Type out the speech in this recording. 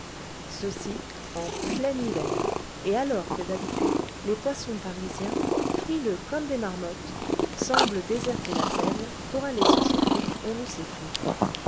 ceci en plein hiver et alors que d'habitude les poissons parisiens frileux comme des marmottes semblent déserter la seine pour aller se chauffer on ne sait où